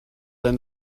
than